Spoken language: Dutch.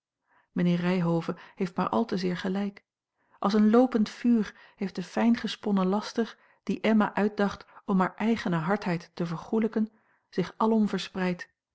mijnheer ryhove heeft maar al te zeer gelijk als een loopend vuur heeft de fijn gesponnen laster die emma uitdacht om hare eigene hardheid te vergoelijken zich alom verspreid